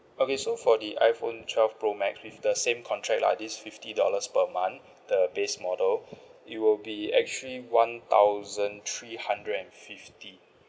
okay so for the iPhone twelve pro max with the same contract lah this fifty dollars per month the base model it will be actually one thousand three hundred and fifty